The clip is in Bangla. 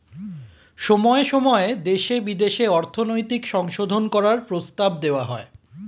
সময়ে সময়ে দেশে বিদেশে অর্থনৈতিক সংশোধন করার প্রস্তাব দেওয়া হয়